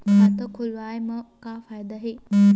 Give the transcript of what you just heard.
खाता खोलवाए मा का फायदा हे